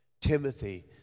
Timothy